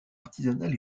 artisanale